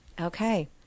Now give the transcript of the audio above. Okay